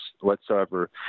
whatsoever